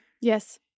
Yes